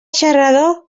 xarrador